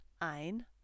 ein